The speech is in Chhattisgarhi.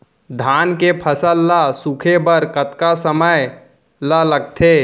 धान के फसल ल सूखे बर कतका समय ल लगथे?